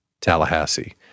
Tallahassee